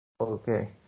Okay